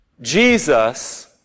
Jesus